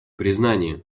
признание